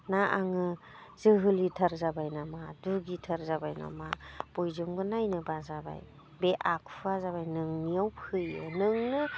ना आङो जोहोलिथार जाबाय नामा दुगिथार जाबाय नामा बयजोंबो नायनो बाजाबाय बे आखुआ जाबाय नोंनियाव फैयो नोंनो